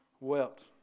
wept